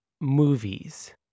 movies